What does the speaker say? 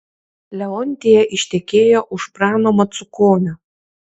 leontija ištekėjo už prano macukonio